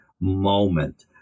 moment